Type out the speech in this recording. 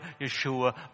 Yeshua